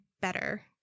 better